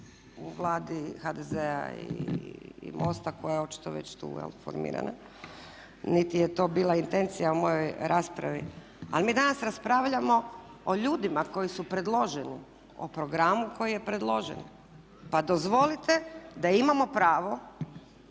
u Vladi HDZ-a i MOST-a koja je očito već tu formirana, niti je to bila intencija u mojoj raspravi. Ali mi danas raspravljamo o ljudima koji su predloženi o programu koji je predložen. Pa dozvolite da imamo pravo